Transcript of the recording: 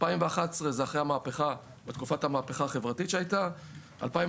2011 זה בתקופת המהפכה החברתית שהייתה; 2014,